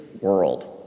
World